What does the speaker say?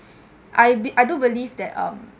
I I do believe that um